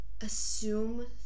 assume